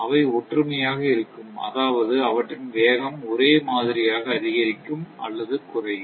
அவை ஒற்றுமையாக இருக்கும் அதாவது அவற்றின் வேகம் ஒரே மாதிரியாக அதிகரிக்கும் அல்லது குறையும்